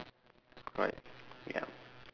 correct ya